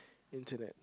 internet